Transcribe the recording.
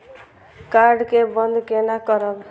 Card के बन्द केना करब?